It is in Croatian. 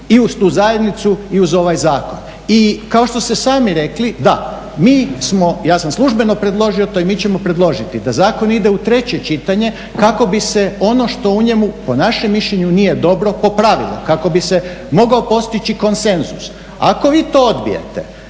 i uz tu zajednicu i uz ovaj zakon. I kao što ste sami rekli da, mi smo, ja sam službeno predložio to i mi ćemo predložiti da zakon ide u treće čitanje kako bi se ono što u njemu po našem mišljenju nije dobro popravilo, kako bi se mogao postići konsenzus. Ako vi to odbijete